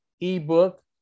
ebook